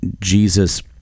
Jesus